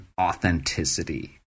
authenticity